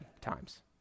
times